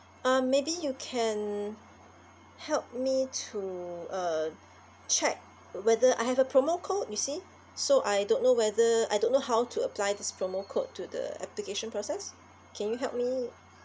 uh maybe you can help me to uh check whether I have a promo code you see so I don't know whether I don't know how to apply this promo code to the application process can you help me